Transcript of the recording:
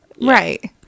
right